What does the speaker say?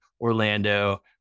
Orlando